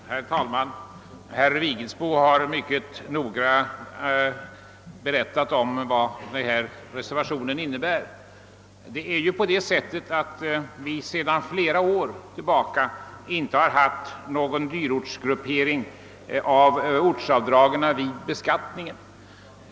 Herr talman! Herr Vigelsbo har mycket ingående redogjort för vad reservationen innebär. Sedan flera år tillbaka har det inte funnits någon dyrortsgruppering av ortsavdragen vid beskattningen.